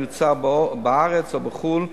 והמיוצר בארץ או בחו"ל,